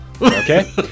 Okay